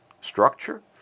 structure